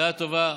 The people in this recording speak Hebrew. הצעה טובה.